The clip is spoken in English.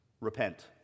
repent